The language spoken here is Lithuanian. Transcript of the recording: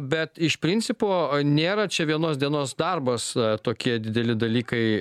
bet iš principo nėra čia vienos dienos darbas tokie dideli dalykai